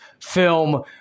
film